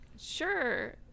Sure